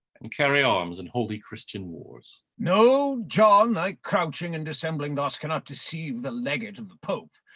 and carry arms in holy christian wars. no john, thy crouching and dissembling thus cannot deceive the legate of the pope.